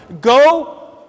go